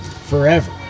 forever